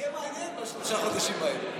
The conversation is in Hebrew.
יהיה מעניין בשלושת החודשים האלה.